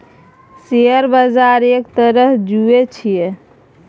share बजार एक तरहसँ जुऐ छियै